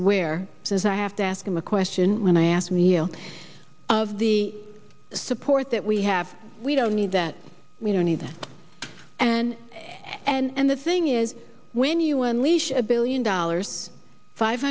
aware says i have to ask him a question when i asked neil of the support that we have we don't need that we don't need and and the thing is when you unleash a billion dollars five